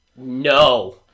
No